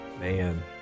Man